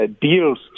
deals